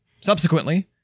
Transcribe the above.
Subsequently